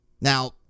Now